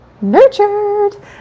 nurtured